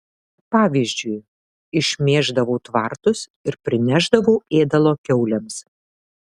pavyzdžiui išmėždavau tvartus ir prinešdavau ėdalo kiaulėms